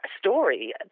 story